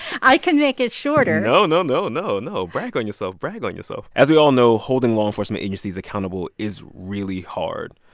i can make it shorter no, no, no, no, no. brag on yourself. brag on yourself. as we all know, holding law enforcement agencies accountable is really hard.